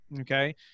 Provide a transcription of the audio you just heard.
Okay